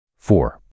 Four